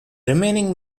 remaining